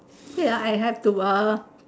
here I have to uh